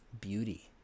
beauty